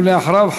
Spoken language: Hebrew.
ואחריו,